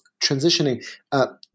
transitioning –